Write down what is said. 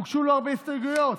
לא הוגשו הרבה הסתייגויות.